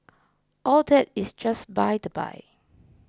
all that is just by the by